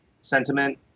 sentiment